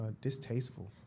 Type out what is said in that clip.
distasteful